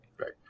Right